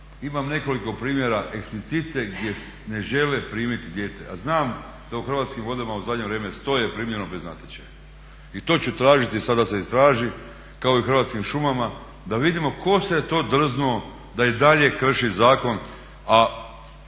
Imam nekoliko primjera eksplicite gdje ne žele primijeti dijete, a znam da u Hrvatskim vodama u zadnje vrijeme … primljeno bez natječaja. I to ću tražiti da se istraži kao i Hrvatskim šumama da vidimo tko se je to drznuo da i dalje krši zakon, a